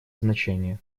значение